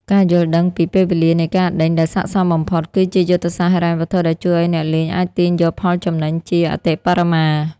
ការយល់ដឹងពី "ពេលវេលានៃការដេញ" ដែលស័ក្តិសមបំផុត គឺជាយុទ្ធសាស្ត្រហិរញ្ញវត្ថុដែលជួយឱ្យអ្នកលេងអាចទាញយកផលចំណេញជាអតិបរមា។